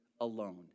alone